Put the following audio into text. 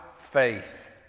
faith